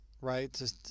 right